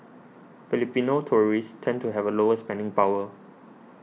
Filipino tourists tend to have lower spending power